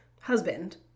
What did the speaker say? husband